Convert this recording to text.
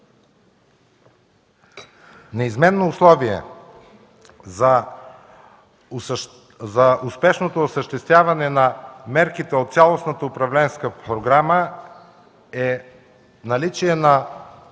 Неизменно условие за успешното осъществяване на мерките от цялостната управленска програма е наличие на